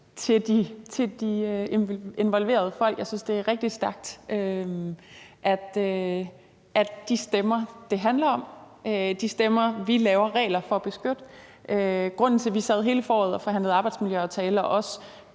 til de involverede folk. Jeg synes, det er rigtig stærkt at høre de stemmer, det handler om, de stemmer, vi laver regler for at beskytte. Grunden til, at vi sad hele foråret og forhandlede arbejdsmiljøaftaler og